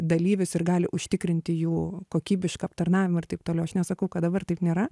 dalyvius ir gali užtikrinti jų kokybišką aptarnavimą ir taip toliau aš nesakau kad dabar taip nėra